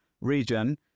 region